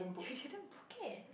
didn't book it